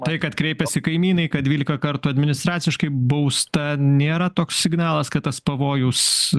tai kad kreipėsi kaimynai kad dvylika kartų administraciškai bausta nėra toks signalas kad tas pavojus